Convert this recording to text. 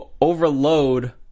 overload